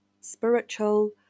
Spiritual